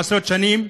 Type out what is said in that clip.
עשרות שנים.